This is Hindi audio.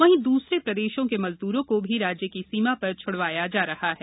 वहीं दूसरे प्रदेशों के मजदूरों को भी राज्य की सीमा पर छुड़वाया जा रहा है